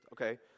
Okay